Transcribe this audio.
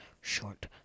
short